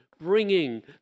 bringing